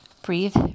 breathe